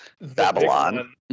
Babylon